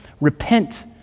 Repent